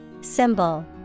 Symbol